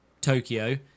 tokyo